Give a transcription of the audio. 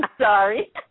Sorry